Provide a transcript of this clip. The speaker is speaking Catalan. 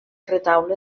retaule